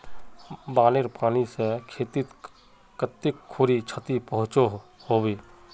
बानेर पानी से खेतीत कते खुरी क्षति पहुँचो होबे?